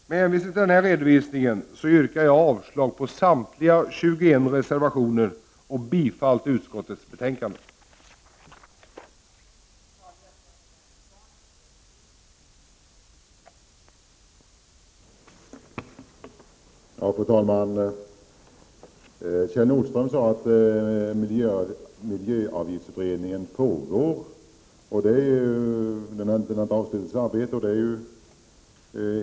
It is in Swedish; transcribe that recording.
Med hänvisning till denna redovisning yrkar jag avslag på samtliga 21 reservationer och bifall till utskottets hemställan i betänkandet.